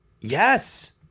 Yes